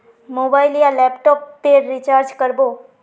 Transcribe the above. Mobile या laptop पेर recharge कर बो?